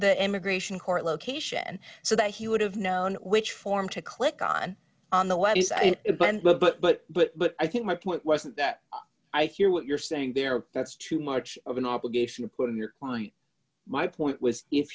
the immigration court location so that he would have known which form to click on on the web is an event but but but but but i think my point wasn't that i fear what you're saying there that's too much of an obligation to put in your client my point was if